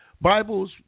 Bibles